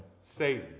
Satan